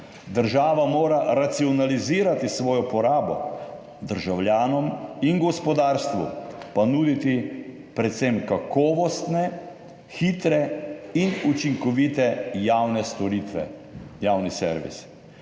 Država mora racionalizirati svojo porabo, državljanom in gospodarstvu pa nuditi predvsem kakovostne, hitre in učinkovite javne storitve, javni servis.